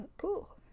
cool